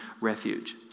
refuge